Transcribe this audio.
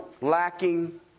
lacking